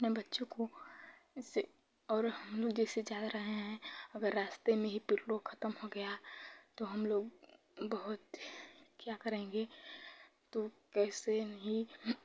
अपने बच्चों को जैसे और जैसे जा रहे हैं अगर रास्ते में ही पेट्रोल खत्म हो गया तो हमलोग बहुत क्या करेंगे तो ऐसे नहीं